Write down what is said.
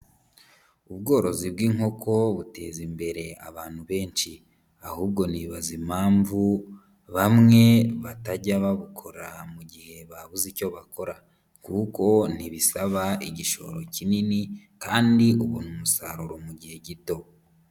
Ubworozi bw'inkoko buteza imbere abantu benshi, ahubwo nibaza impamvu bamwe batajya babukora mugihe babuze icyo bakora kuko ntibisaba igishoro kinini kandi ubona umusaruro mu gihe gito.